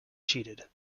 cheated